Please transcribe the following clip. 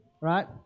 right